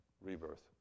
Rebirth